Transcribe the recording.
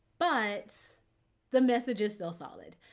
but the message is still solid.